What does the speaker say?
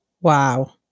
Wow